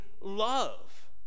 love